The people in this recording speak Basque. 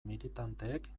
militanteek